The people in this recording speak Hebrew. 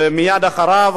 ומייד אחריו,